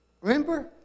Remember